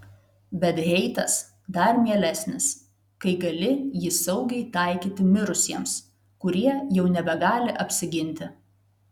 bet heitas dar mielesnis kai gali jį saugiai taikyti mirusiems kurie jau nebegali apsiginti